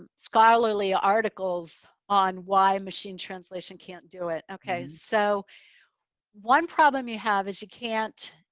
scholarly articles on why machine translation can't do it. okay, so one problem you have is you can't.